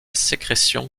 sécrétion